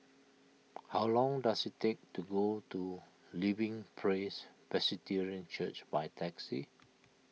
how long does it take to go to Living Praise Presbyterian Church by taxi